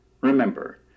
remember